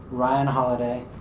ryan holiday,